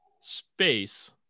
Space